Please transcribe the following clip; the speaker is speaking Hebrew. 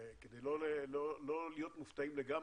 כדי לא להיות מופתעים לגמרי,